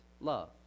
love